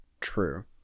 true